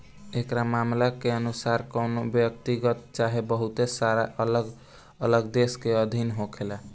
एकरा मामला के अनुसार कवनो व्यक्तिगत चाहे बहुत सारा अलग अलग देश के अधीन होखेला